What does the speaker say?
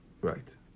right